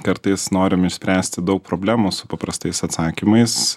kartais norim išspręsti daug problemų su paprastais atsakymais